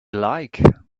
like